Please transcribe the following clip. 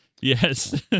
Yes